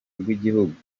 rw’igihugu